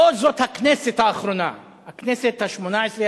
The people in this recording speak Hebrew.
או זאת הכנסת האחרונה לגביהם, הכנסת השמונה-עשרה.